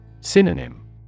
Synonym